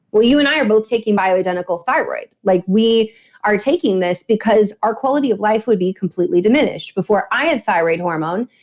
well, you and i are both taking bioidentical thyroid. like we are taking this because our quality of life would be completely diminished. before i had thyroid hormone,